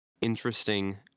interesting